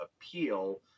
appeal